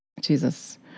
Jesus